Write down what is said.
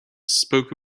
spoke